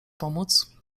pomóc